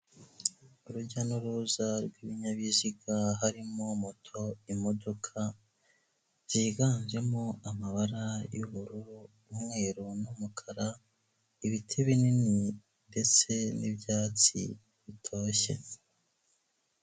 Urujya n'uruza rw'ibinyabiziga harimo moto, imodoka ziganjemo amabara y'ubururu' umweruru n'umukara, ibiti binini ndetse n'ibyatsi bitoshye.